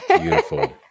Beautiful